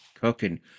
cooking